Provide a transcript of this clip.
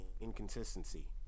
inconsistency